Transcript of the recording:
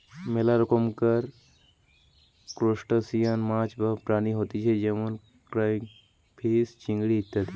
মেলা রকমকার ত্রুসটাসিয়ান মাছ বা প্রাণী হতিছে যেমন ক্রাইফিষ, চিংড়ি ইত্যাদি